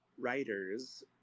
writers